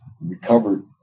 recovered